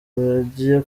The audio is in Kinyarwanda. bagiye